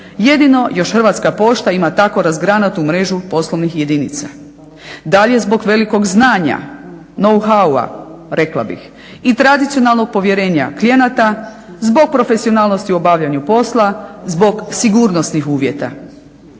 Jedino još Hrvatska pošta ima tako razgranatu mrežu poslovnih jedinica. Dalje zbog velikog znanja, know howua rekla bih i tradicionalnog povjerenje klijenata, zbog profesionalnosti u obavljanju posla, zbog sigurnosnih uvjeta.